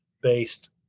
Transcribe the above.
based